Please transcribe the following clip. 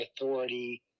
authority